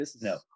No